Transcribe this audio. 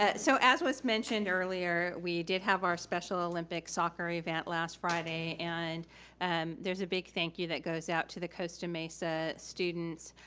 ah so as was mentioned earlier, we did have our special olympics soccer event last friday and and there's a big thank you that goes out to the costa-mesa students,